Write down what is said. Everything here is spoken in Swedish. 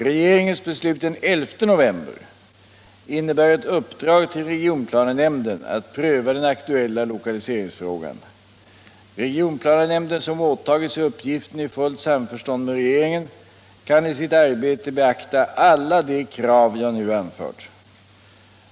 Regeringens beslut den 11 november innebär ett uppdrag till regionplanenämnden att pröva den aktuella lokaliseringsfrågan. Regionplanenämnden, som åtagit sig uppgiften i fullt samförstånd med regeringen, kan i sitt arbete beakta alla de krav jag nu anfört.